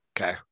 okay